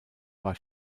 war